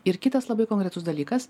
ir kitas labai konkretus dalykas